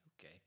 Okay